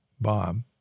Bob